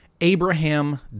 Abraham